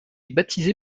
baptisé